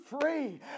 free